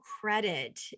credit